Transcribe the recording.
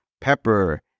pepper